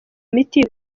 miti